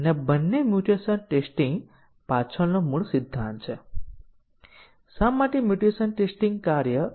આપણે હમણાં જ ખામી આધારિત ટેસ્ટીંગ ના ઉદાહરણમાં મ્યુટેશન ટેસ્ટીંગ કહ્યું હતું